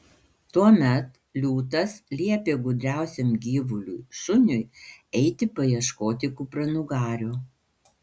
tuomet liūtas liepė gudriausiam gyvuliui šuniui eiti paieškoti kupranugario